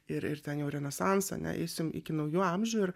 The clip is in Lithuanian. ir ir ten jau renesansą ane eisim iki naujųjų amžių ir